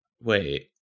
wait